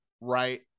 right